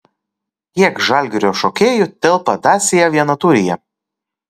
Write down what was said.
kiek žalgirio šokėjų telpa dacia vienatūryje